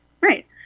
Right